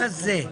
המחנה הממלכתי.